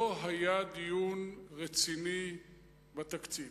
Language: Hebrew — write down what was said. לא היה דיון רציני בתקציב.